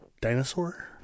dinosaur